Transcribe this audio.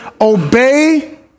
obey